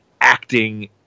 acting